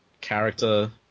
character